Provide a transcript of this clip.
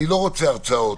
אני לא רוצה הרצאות,